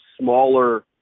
smaller